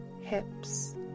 hips